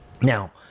Now